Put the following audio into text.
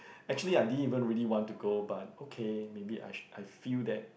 actually I didn't even really want to go but okay maybe I should I feel that